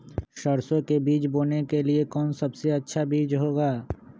सरसो के बीज बोने के लिए कौन सबसे अच्छा बीज होगा?